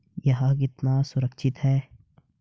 यह कितना सुरक्षित है?